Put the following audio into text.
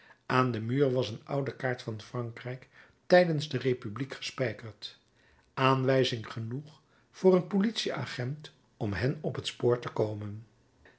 aan den muur was een oude kaart van frankrijk tijdens de republiek gespijkerd aanwijzing genoeg voor een politie-agent om hen op het spoor te komen